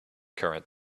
current